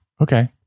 Okay